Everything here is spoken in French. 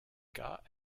cas